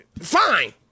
fine